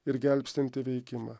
ir gelbstintį veikimą